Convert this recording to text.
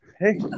Hey